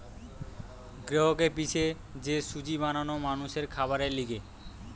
গেহুকে পিষে যে সুজি বানানো মানুষের খাবারের লিগে